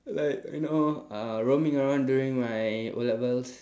like you know uh roaming around during my O-levels